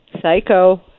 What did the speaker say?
psycho